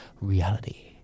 reality